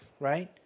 Right